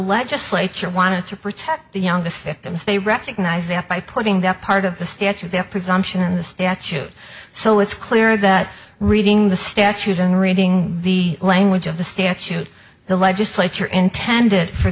legislature wanted to protect the youngest victims they recognize that by putting that part of the statute there presumption in the statute so it's clear that reading the statute and reading the language of the statute the legislature intended for